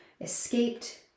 escaped